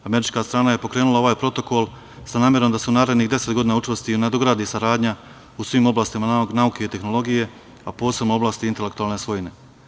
Američka strana je pokrenula ovaj protokol sa namerom da se u narednih 10 godina učvrsti i nadogradi saradnja u svim oblastima nauke i tehnologije, a posebno u oblasti intelektualne svojine.